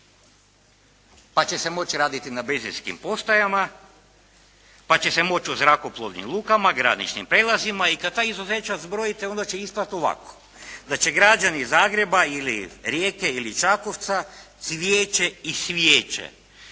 pa će se moći raditi na benzinskim postajama, pa će se moći u zrakoplovnim lukama, graničnim prijelazima i kad ta izuzeća zbrojite onda će ispasti ovako, da će građani Zagreba ili Rijeke ili Čakovca cvijeće i svijeće